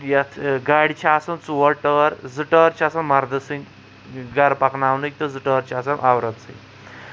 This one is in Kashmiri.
یَتھ گاڑِ چھِ آسان ژور ٹٲر زٕ ٹٲر چھِ آسان مردٕ سٕنٛدۍ گرٕ پَکناؤنٕکۍ تہٕ زٕ ٹٲر چھِ آسان عورَت سٕنٛد